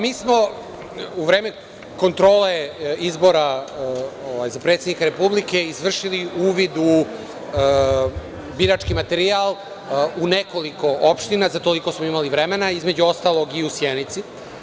Mi smo u vreme kontrole izbora za predsednika Republike izvršili uvid u birački materijal u nekoliko opština, za toliko smo imali vremena, između ostalog i u Sjenici.